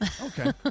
Okay